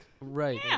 right